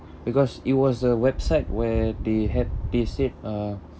because it was a website where they had they said uh